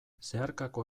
zeharkako